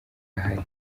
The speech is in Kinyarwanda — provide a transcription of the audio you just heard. ahari